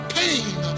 pain